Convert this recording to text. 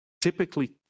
typically